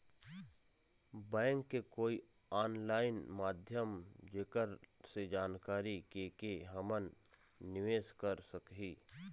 Bank के कोई online माध्यम जेकर से जानकारी के के हमन निवेस कर सकही?